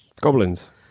Goblins